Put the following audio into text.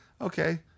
okay